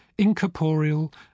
incorporeal